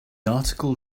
article